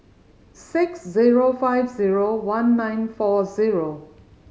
six zero five zero one nine four zero